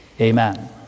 amen